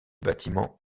bâtiment